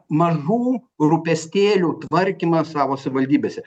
mažų rūpestėlių tvarkymą savo savivaldybėse